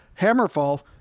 Hammerfall